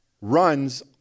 runs